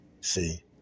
See